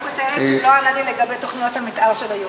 אני רק מציינת שהוא לא ענה לי לגבי תוכניות המתאר של היהודים.